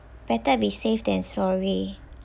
better be safe than sorry